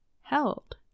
held